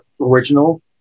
original